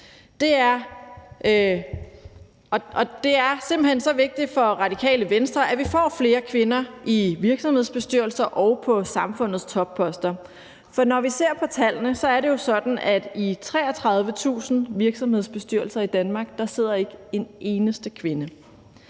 hen så vigtigt for Radikale Venstre, at vi får flere kvinder i virksomhedsbestyrelser og på samfundets topposter, for ifølge tallene er det jo sådan, at i 33.000 virksomhedsbestyrelser i Danmark sidder der ikke en eneste kvinde.